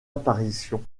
apparitions